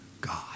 God